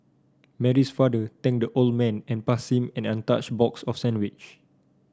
Mary's father thanked the old man and passed him an untouched box of sandwiche